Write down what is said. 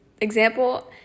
example